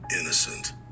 innocent